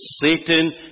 Satan